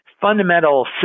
fundamental